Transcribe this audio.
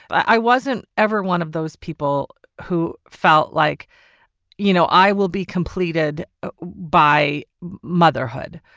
but i wasn't ever one of those people who felt like you know i will be completed by motherhood.